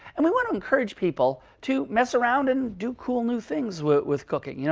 and we want to encourage people to mess around and do cool new things with cooking. you know